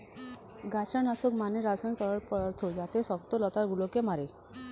গাছড়া নাশক মানে রাসায়নিক তরল পদার্থ যাতে শক্ত লতা গুলোকে মারে